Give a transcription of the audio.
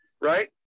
right